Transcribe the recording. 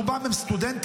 רובם הם סטודנטים,